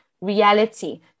reality